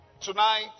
Tonight